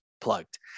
plugged